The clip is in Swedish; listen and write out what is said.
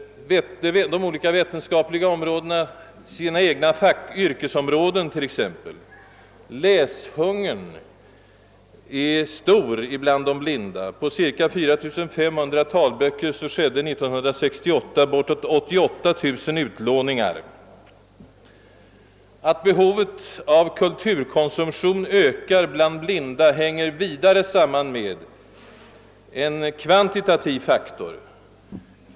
Det kan gälla olika vetenskapliga områden eller deras egna yrkesområden. Läshungern är stor bland de blinda. På cirka 4500 talböcker skedde år 1968 bortåt 88 000 utlåningar. Att behovet av kulturkonsumtion ökar bland de blinda hänger vidare samman med en kvantitativ faktor.